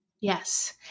Yes